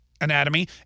anatomy